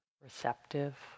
receptive